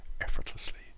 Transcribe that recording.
effortlessly